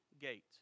gate